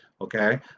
Okay